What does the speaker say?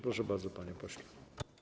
Proszę bardzo, panie pośle.